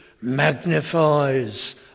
magnifies